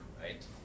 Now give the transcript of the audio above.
right